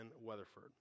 Weatherford